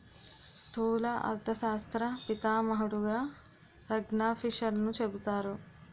స్థూల అర్థశాస్త్ర పితామహుడుగా రగ్నార్ఫిషర్ను చెబుతారు